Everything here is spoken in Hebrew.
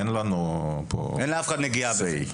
אין לנו פה Say. אין לאף אחד נגיעה בו.